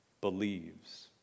believes